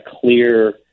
clear